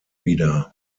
wieder